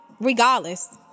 Regardless